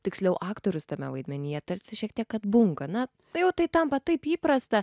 tiksliau aktorius tame vaidmenyje tarsi šiek tiek atbunka na jau tai tampa taip įprasta